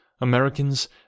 Americans